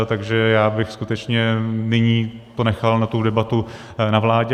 Takže já bych skutečně nyní to nechal na debatu na vládě.